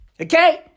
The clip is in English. Okay